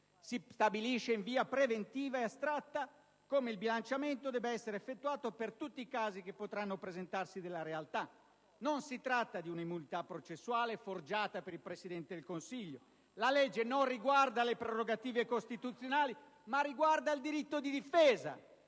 Si stabilisce in via preventiva ed astratta come il bilanciamento debba essere effettuato per tutti i casi che potranno presentarsi nella realtà. Non si tratta di un'immunità processuale forgiata per il Presidente del Consiglio *(Commenti* *dal Gruppo PD)*: la legge non riguarda le prerogative costituzionali, ma il diritto di difesa